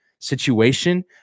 situation